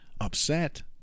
upset